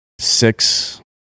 six